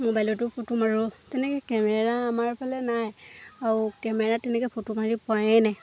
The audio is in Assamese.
মোবাইলতো ফটো মাৰোঁ তেনেকৈ কেমেৰা আমাৰ ফালে নাই আৰু কেমেৰা তেনেকৈ ফটো মাৰি পোৱায়েই নাই